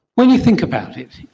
when you think about it,